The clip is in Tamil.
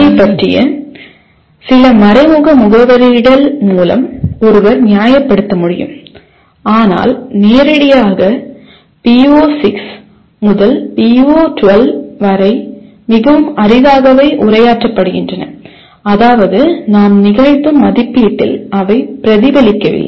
இதைப் பற்றிய சில மறைமுக முகவரியிடல் மூலம் ஒருவர் நியாயப்படுத்த முடியும் ஆனால் நேரடியாக PO6 முதல் PO12 வரை மிகவும் அரிதாகவே உரையாற்றப்படுகின்றன அதாவது நாம் நிகழ்த்தும் மதிப்பீட்டில் அவை பிரதிபலிக்கவில்லை